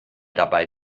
dabei